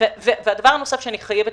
הדבר הנוסף שאני חייבת